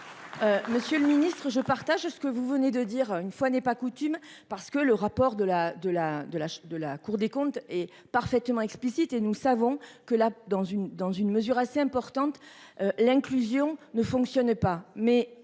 Monsieur le Ministre, je partage ce que vous venez de dire, une fois n'est pas coutume, parce que le rapport de la de la de la de la Cour des comptes est parfaitement explicite et nous savons que la dans une dans une mesure assez importante l'inclusion ne fonctionnait pas,